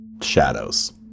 shadows